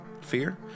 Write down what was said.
Fear